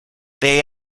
they